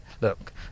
Look